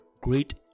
great